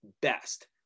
best